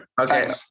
Okay